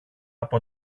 από